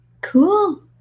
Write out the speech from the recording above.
Cool